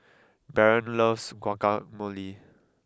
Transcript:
Baron loves Guacamole